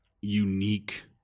unique